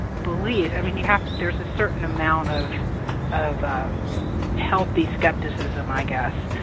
beliefs i mean you have there's a certain amount of of healthy skepticism, i guess,